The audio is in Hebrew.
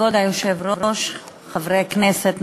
כבוד היושב-ראש, חברי הכנסת הנכבדים,